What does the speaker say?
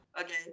Okay